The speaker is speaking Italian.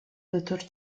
dottor